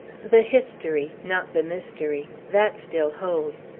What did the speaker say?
the history, not the mystery that still holds.